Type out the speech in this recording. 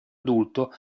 adulto